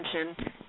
attention